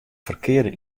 ferkearde